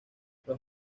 los